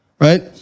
right